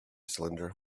cylinder